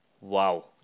Wow